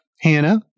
Hannah